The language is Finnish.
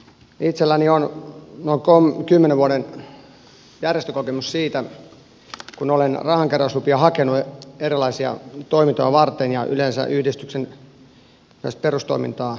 itselläni on noin kymmenen vuoden järjestökokemus siitä kun olen rahankeräyslupia hakenut erilaisia toimintoja varten ja yleensä yhdistyksen perustoimintaa ajatellen